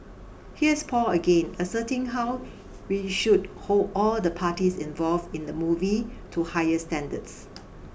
here's Paul again asserting how we should hold all the parties involved in the movie to higher standards